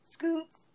Scoots